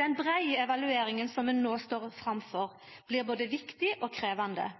Den breie evalueringa som ein nå står framfor, blir både viktig og krevjande.